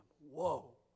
Whoa